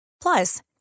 Plus